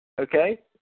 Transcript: okay